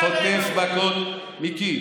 וחוטף מכות, חוטף מכות, מיקי,